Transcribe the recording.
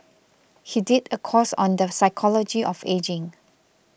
he did a course on the psychology of ageing